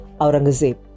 Aurangzeb